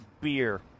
Beer